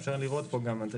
אפשר לראות פה גם,